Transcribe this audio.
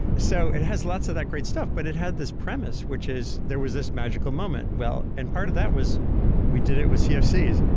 so, it has lots of that great stuff, but it had this premise, which is there was this magical moment. and part of that was we did it with cfcs.